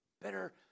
better